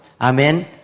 Amen